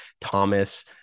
Thomas